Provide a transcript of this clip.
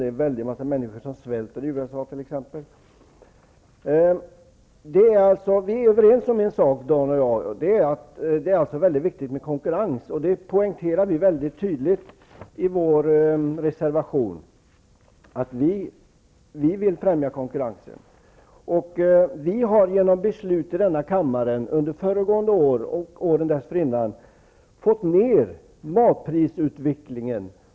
Det är en stor mängd människor som svälter i USA. Vi är överens om en sak, Dan Eriksson och jag, och det är att det är mycket viktigt med konkurrens. Det poängterar vi mycket tydligt i vår reservation. Vi vill främja konkurrensen. Vi har genom beslut i denna kammare under föregående år och åren dessförinnan fått ned matprisutvecklingen.